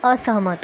असहमत